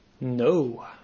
no